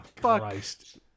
Christ